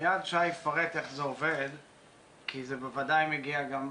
מיד שי יפרט איך זה עובד כי זה בוודאי מגיע לפתחכם,